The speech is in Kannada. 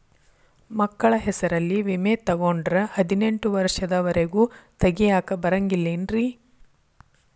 ಮಕ್ಕಳ ಹೆಸರಲ್ಲಿ ವಿಮೆ ತೊಗೊಂಡ್ರ ಹದಿನೆಂಟು ವರ್ಷದ ಒರೆಗೂ ತೆಗಿಯಾಕ ಬರಂಗಿಲ್ಲೇನ್ರಿ?